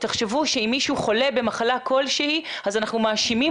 תחשבו שאם מישהו חולה במחלה כלשהי אז אנחנו מאשימים